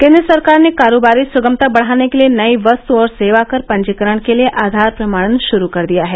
केन्द्र सरकार ने कारोबारी सुगमता बढ़ाने के लिए नई वस्तु और सेवा कर पंजीकरण के लिए आधार प्रमाणन शुरु कर दिया है